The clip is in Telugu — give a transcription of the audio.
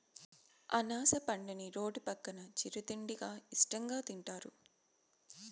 అనాస పండుని రోడ్డు పక్కన చిరు తిండిగా ఇష్టంగా తింటారు